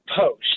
Post